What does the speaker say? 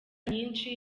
nyinshi